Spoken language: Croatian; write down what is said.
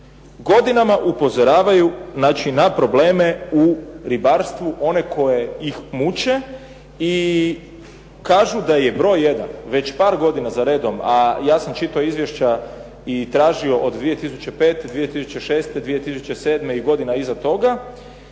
godinama upozoravaju, znači na probleme u ribarstvu, one koje ih muče i kažu da je broj jedan već par godina za redom, a ja sam čitao izvješća i tražio od 2005., 2006., 2007. i godina iza toga